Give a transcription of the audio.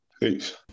Peace